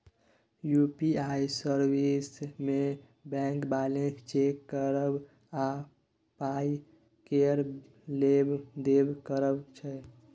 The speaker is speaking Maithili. यु.पी.आइ सर्विस मे बैंक बैलेंस चेक करब आ पाइ केर लेब देब करब छै